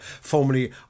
formerly